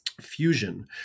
fusion